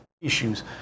issues